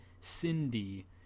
Cindy